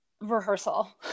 Rehearsal